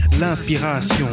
l'inspiration